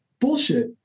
bullshit